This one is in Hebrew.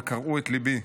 וקרעו את ליבי.